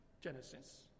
Genesis